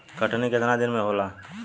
कटनी केतना दिन में होला?